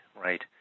right